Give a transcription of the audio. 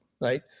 right